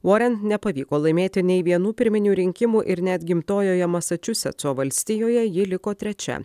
vorent nepavyko laimėti nei vienų pirminių rinkimų ir net gimtojoje masačusetso valstijoje ji liko trečia